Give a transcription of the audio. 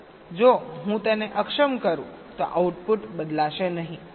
તેથી જો હું તેને અક્ષમ કરું તો આઉટપુટ બદલાશે નહીં